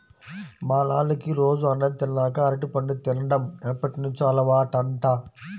మా నాన్నకి రోజూ అన్నం తిన్నాక అరటిపండు తిన్డం ఎప్పటినుంచో అలవాటంట